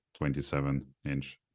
27-inch